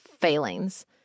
failings